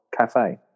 Cafe